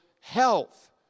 health